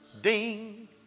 ding